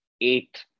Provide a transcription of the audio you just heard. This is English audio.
eight